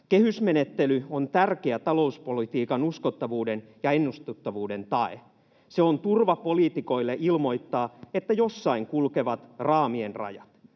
”Kehysmenettely on tärkeä talouspolitiikan uskottavuuden ja ennustettavuuden tae. Se on turva poliitikoille ilmoittaa, että jossain kulkevat raamien rajat.